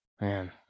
Man